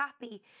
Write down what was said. happy